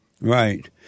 Right